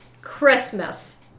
Christmas